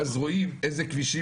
לא איזה משהו